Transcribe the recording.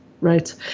right